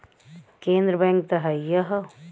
केन्द्र बैंक त हइए हौ